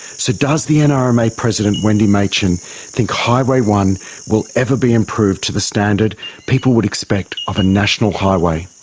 so does the and nrma president wendy machin think highway one will ever be improved to the standard people would expect of a national highway?